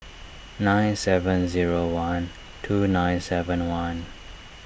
nine seven zero one two nine seven one